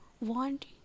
want